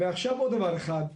ועוד דבר אחד,